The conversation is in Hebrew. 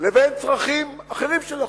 לבין צרכים אחרים של אוכלוסייה?